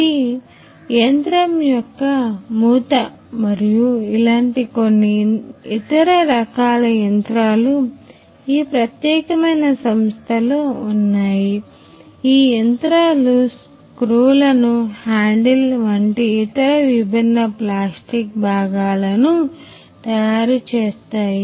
ఇది యంత్రం యొక్క మూత మరియు ఇలాంటి కొన్ని ఇతర రకాల యంత్రాలు ఈ ప్రత్యేకమైన సంస్థలో ఉన్నాయిఈ యంత్రాలు స్క్రూలను హ్యాండిల్ వంటి ఇతర విభిన్న ప్లాస్టిక్ భాగాలను తయారు చేస్తాయి